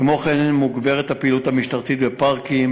כמו כן מוגברת הפעילות המשטרתית בפארקים,